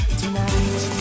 tonight